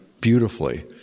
beautifully